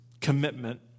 commitment